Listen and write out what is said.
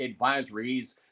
advisories